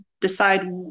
decide